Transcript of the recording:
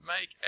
make